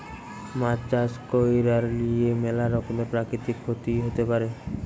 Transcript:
মাছ চাষ কইরার গিয়ে ম্যালা রকমের প্রাকৃতিক ক্ষতি হতে পারে